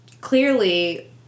clearly